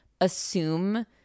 assume